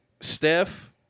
Steph